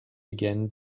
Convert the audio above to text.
began